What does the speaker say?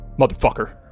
motherfucker